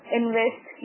invest